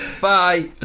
bye